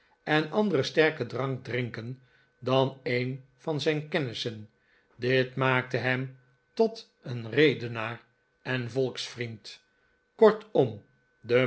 en anderen sterken drank drinken dan een van zijn kennissen dit maakte hem tot een redenaar en volksvriend kortom de